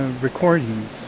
recordings